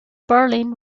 berlin